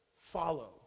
follow